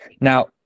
now